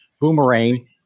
boomerang